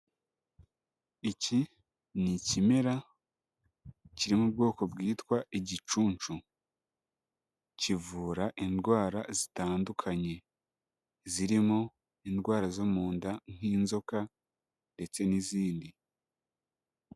Iki ni ikimera kiri mu bwoko bwitwa igicuncu. Kivura indwara zitandukanye. Zirimo indwara zo mu nda nk'inzoka ndetse n'izindi.